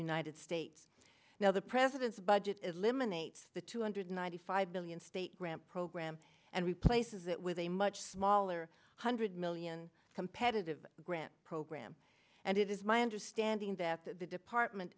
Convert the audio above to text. united states now the president's budget eliminates the two hundred ninety five billion state grant program and replaces that with a much smaller hundred million competitive grant program and it is my understanding that the department